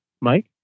Mike